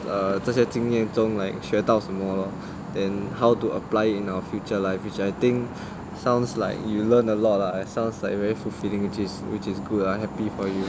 err 这些经验中 like 学到什么 and how to apply it in our future life which I think sounds like you learn a lot lah and sounds like very fulfilling which is which is good ah happy for you